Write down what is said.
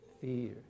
fear